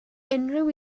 unrhyw